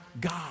God